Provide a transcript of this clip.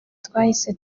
twahise